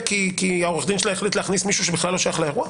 כי עורך הדין שלה החליט להכניס מישהו שבכלל לא שייך לאירוע?